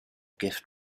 gift